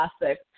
classic